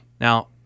Now